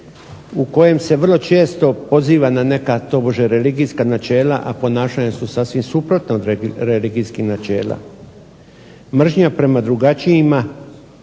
u kojem se vrlo često poziva na neka tobože religijska načela, a ponašanja su sasvim suprotna od religijskih načela. Mržnja prema drugačijima